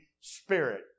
spirit